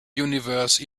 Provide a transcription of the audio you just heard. universe